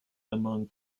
among